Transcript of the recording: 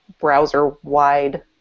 browser-wide